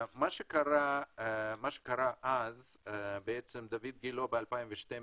מה שקרה אז זה שדוד גילה החליט ב-2012